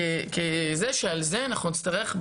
שעל זה אנחנו נצטרך,